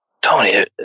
tony